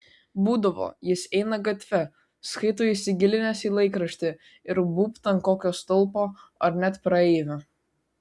būdavo jis eina gatve skaito įsigilinęs į laikraštį ir būbt ant kokio stulpo ar net praeivio